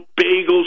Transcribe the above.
bagels